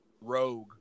rogue